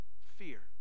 fear